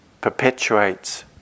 perpetuates